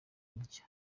indya